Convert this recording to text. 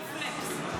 חברי כנסת.